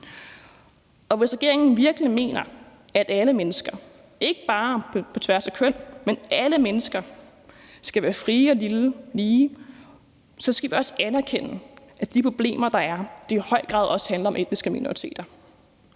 Og hvis regeringen virkelig mener, at alle mennesker, ikke bare på tværs af køn, men alle mennesker skal være frie og lige, skal vi også anerkende, at de problemer, der er, i høj grad også handler om etniske minoriteter.